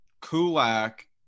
Kulak